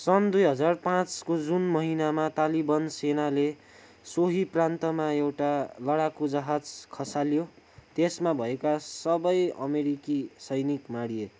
सन् दुई हजार पाँचको जुन महिनामा तालिबन सेनाले सोही प्रान्तमा एउटा लडाकु जहाज खसाल्यो त्यसमा भएका सबै अमेरिकी सैनिक मारिए